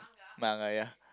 manga ya